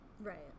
Right